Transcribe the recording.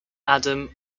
adam